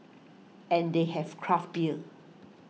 and they have craft beer